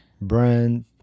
brand